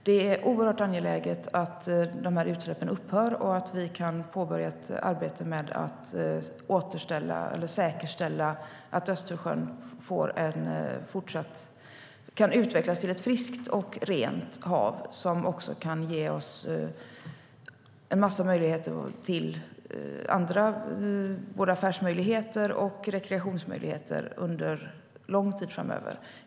Det är oerhört angeläget att dessa utsläpp upphör och att vi kan påbörja arbetet med att säkerställa att Östersjön kan utvecklas till ett friskt och rent hav som kan bidra till affärsmöjligheter och rekreationsmöligheter under lång tid framöver.